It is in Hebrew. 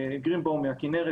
גרינבאום מהכינרת,